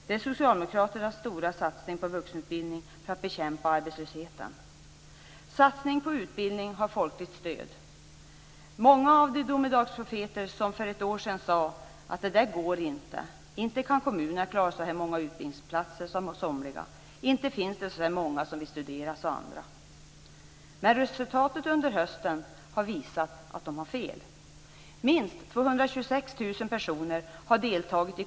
Det är socialdemokraternas stora satsning på vuxenutbildning för att bekämpa arbetslösheten. Satsning på utbildning har folkligt stöd. Många var de domedagsprofeter som för ett år sedan sade: Det där går inte. Inte kan kommunerna klara så här många utbildningsplatser, sade somliga. Inte finns det så här många som vill studera, sade andra. Men resultatet under hösten har visat att de hade fel.